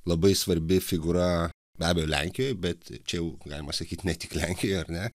labai svarbi figūra be abejo lenkijoj bet čia jau galima sakyt ne tik lenkijoj ar ne